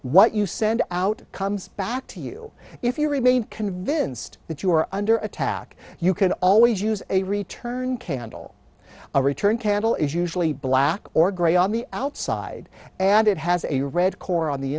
what you send out comes back to you if you remain convinced that you are under attack you can always use a return candle a return candle is usually black or grey on the outside and it has a red core on the